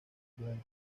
blanca